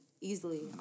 easily